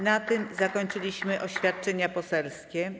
Na tym zakończyliśmy oświadczenia poselskie.